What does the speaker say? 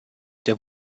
der